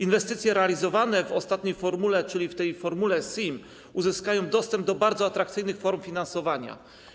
Inwestycje realizowane w ostatniej formule, czyli w tej formule SIM, uzyskają dostęp do bardzo atrakcyjnych form finansowania.